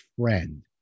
friend